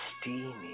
steamy